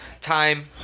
Time